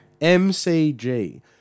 MCG